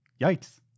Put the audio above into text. yikes